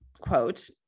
quote